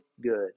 good